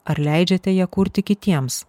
ar leidžiate ją kurti kitiems